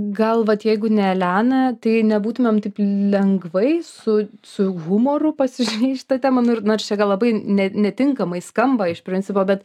gal vat jeigu ne elena tai nebūtumėm taip lengvai su su humoru pasižiūrėję į šitą temą nu ir nors čia gal labai ne netinkamai skamba iš principo bet